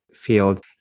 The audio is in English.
field